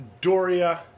Doria